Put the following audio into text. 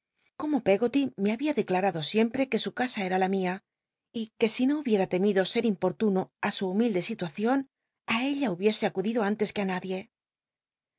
i eggoty me había declarado siempre que su casa era la mia y que si no hubiera temido ser importuno su humilde situacion ella hubiese acudido antes que í nadie